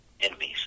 enemies